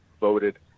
voted